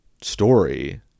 story